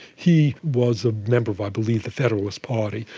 he was a member of, i believe, the federalist party,